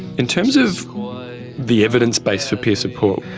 in terms of the evidence base for peer support,